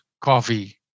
coffee